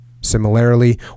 similarly